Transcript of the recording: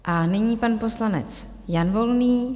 A nyní pan poslanec Jan Volný.